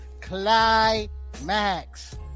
climax